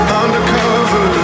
undercover